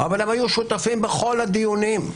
אבל הם היו שותפים בכל הדיונים.